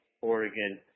Oregon